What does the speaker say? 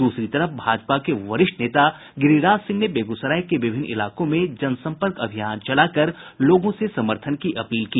दूसरी तरफ भाजपा के वरिष्ठ नेता गिरिराज सिंह ने बेगूसराय के विभिन्न इलाकों में जनसम्पर्क अभियान चलाकर लोगों से समर्थन की अपील की